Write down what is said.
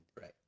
right